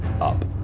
up